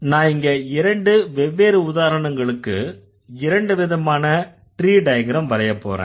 நான் இங்க இரண்டு வெவ்வேறு உதாரணங்களுக்கு இரண்டு விதமான ட்ரீ டயக்ரம் வரையப்போறேன்